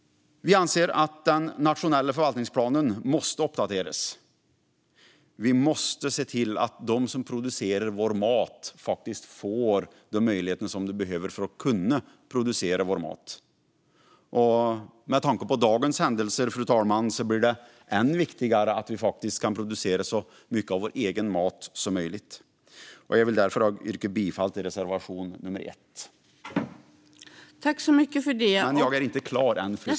Vi anser att den nationella förvaltningsplanen måste uppdateras. Vi måste se till att de som producerar vår mat får de förutsättningar som krävs för att göra just det. Med tanke på dagens händelser blir det ännu viktigare att vi kan producera så mycket av vår egen mat som möjligt. Jag yrkar därför bifall till reservation nummer 1.